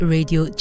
Radio